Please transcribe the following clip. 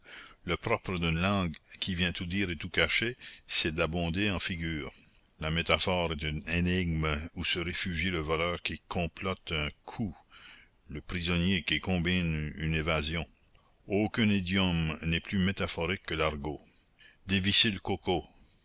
le propre d'une langue qui veut tout dire et tout cacher c'est d'abonder en figures la métaphore est une énigme où se réfugie le voleur qui complote un coup le prisonnier qui combine une évasion aucun idiome n'est plus métaphorique que l'argot dévisser le coco